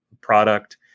product